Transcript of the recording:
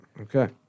Okay